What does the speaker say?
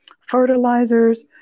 fertilizers